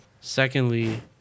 Secondly